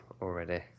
already